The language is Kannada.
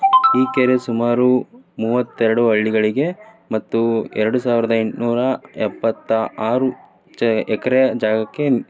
ಈ ಕೆರೆ ಸುಮಾರು ಮೂವತ್ತೆರಡು ಹಳ್ಳಿಗಳಿಗೆ ಮತ್ತು ಎರಡು ಸಾವಿರದ ಎಂಟುನೂರ ಎಪ್ಪತ್ತ ಆರು ಚ ಎಕರೆ ಜಾಗಕ್ಕೆ